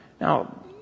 Now